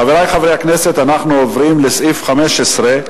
חברי חברי הכנסת, אנחנו עוברים לסעיף 45,